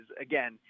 again